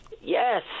Yes